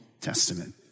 Testament